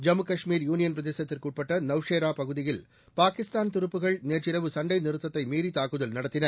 Jammu Kashmir union பிரதேசத்திற்கு உட்பட்ட நவ்ஷெரா பகுதியில் பாகிஸ்தான் துருப்புகள் நேற்றிரவு சண்டை நிறுத்தத்தை மீறி தாக்குதல் நடத்தின